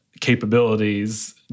capabilities